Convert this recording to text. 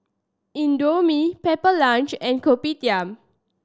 Indomie Pepper Lunch and Kopitiam